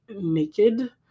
naked